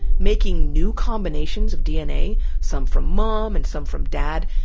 making new combinations of dna, some from mom and some from dad,